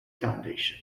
foundation